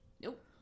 Nope